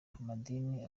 amadini